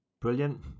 Brilliant